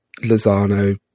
Lozano